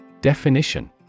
Definition